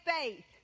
faith